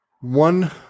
One